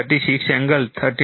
36 angle 13